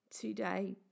today